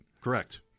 Correct